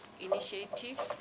initiative